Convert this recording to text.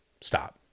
Stop